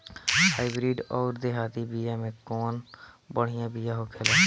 Hybrid अउर देहाती बिया मे कउन बढ़िया बिया होखेला?